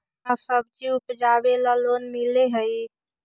का सब्जी उपजाबेला लोन मिलै हई?